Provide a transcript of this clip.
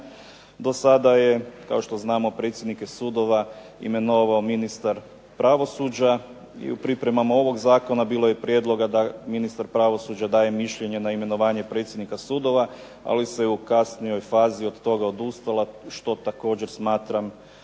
Dosada je, kao što znamo, predsjednike sudova imenovao ministar pravosuđa i u pripremama ovog zakona bilo je prijedloga da ministar pravosuđa daje mišljenje na imenovanje predsjednika sudova, ali se u kasnijoj fazi od toga odustalo što također smatram